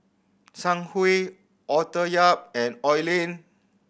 Zhang Hui Arthur Yap and Oi Lin